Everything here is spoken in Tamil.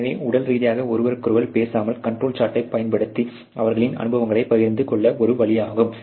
எனவே உடல் ரீதியாக ஒருவருக்கொருவர் பேசாமல் கண்ட்ரோல் சார்ட்டைப் பயன்படுத்தி அவர்களின் அனுபவங்களைப் பகிர்ந்து கொள்ள ஒரு வழி ஆகும்